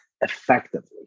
effectively